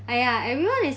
!aiya! everyone is